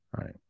right